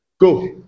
Go